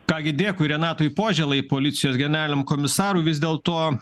ką gi dėkui renatui požėlai policijos generaliniam komisarui vis dėlto